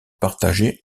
partagée